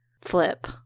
flip